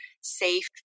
safe